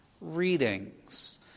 readings